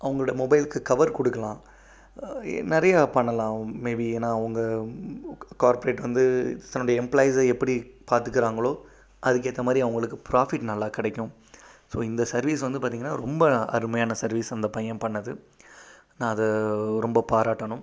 அவங்களோட மொபைல்க்கு கவர் கொடுக்கலாம் நிறைய பண்ணலாம் மேபீ ஏன்னா அவங்க கார்ப்ரேட் வந்து தன்னுடைய எம்ப்லாயீஸ் எப்படி பார்த்துக்குறாங்களோ அதுக்கேற்ற மாதிரி அவங்களுக்கு ப்ராஃபிட் நல்லா கிடைக்கும் ஸோ இந்த சர்வீஸ் வந்து பார்த்தீங்கன்னா ரொம்ப அருமையான சர்வீஸ் அந்த பையன் பண்ணது நான் அதை ரொம்ப பாராட்டணும்